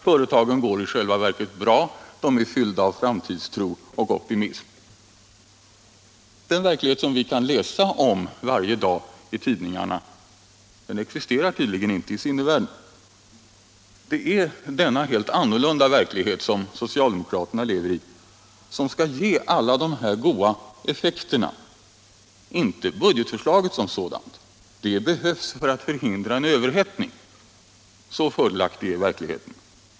Företagen går i själva verket bra, de är fyllda av framtidstro och optimism. Den verklighet som vi kan läsa om varje dag i tidningarna existerar tydligen inte i sinnevärlden. Det är denna helt annorlunda verklighet som socialdemokraterna lever i som skall ge alla de här goda effekterna; det är inte deras budgetförslag som sådant som skall göra det. Det behövs för att förhindra en överhettning — så fördelaktig är verkligheten.